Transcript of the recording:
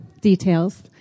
details